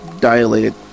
dilated